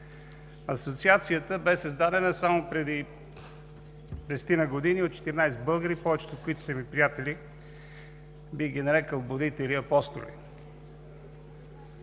Асоциацията бе създадена само преди десетина години от 14 българи, повечето от които са ми приятели. Бих ги нарекъл „будители апостоли“.